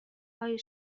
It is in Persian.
های